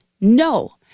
No